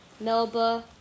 Melba